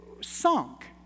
sunk